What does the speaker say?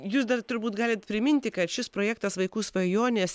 jūs dar turbūt galit priminti kad šis projektas vaikų svajonės